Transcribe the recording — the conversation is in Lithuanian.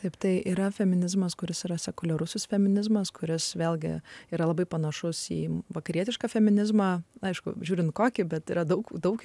taip tai yra feminizmas kuris yra sekuliarusis feminizmas kuris vėlgi yra labai panašus į vakarietišką feminizmą aišku žiūrint kokį bet yra daug daug